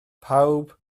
pawb